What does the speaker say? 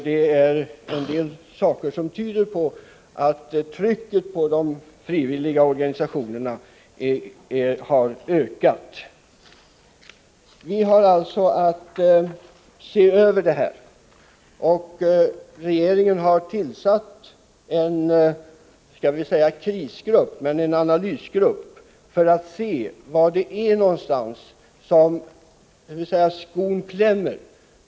Det är en del tecken som tyder på att trycket på de frivilliga organisationerna har ökat. Vi har alltså att se över detta, och regeringen har tillsatt en krisgrupp eller skall vi säga analysgrupp, för att se var det är skon klämmer.